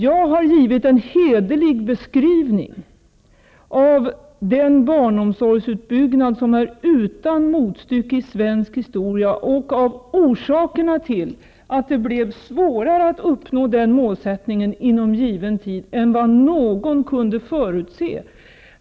Jag har givit en hederlig beskrivning av den barn omsorgsutbyggnad som är utan motstycke i svensk historia och av orsakerna till att det blev svårare än vad någon kunde förutse att inom given tid uppnå det målet.